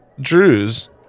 Drew's